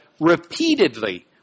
repeatedly